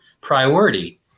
priority